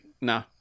Nah